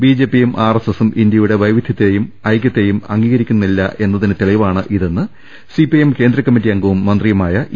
ബിജെപിയും ആർഎസ്എസും ഇന്ത്യയുടെ വൈവിധ്യത്തെയും ഐക്യത്തെയും അംഗീകരിക്കുന്നി ല്ലെന്നതിന് തെളിവാണിതെന്ന് സിപിഐഎം കേന്ദ്രകമ്മറ്റി അംഗവും മന്ത്രിയുമായ ഇ